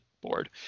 board